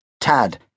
Tad